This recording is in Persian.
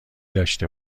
داشته